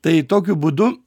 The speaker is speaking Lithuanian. tai tokiu būdu